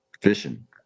fishing